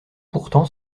pourtant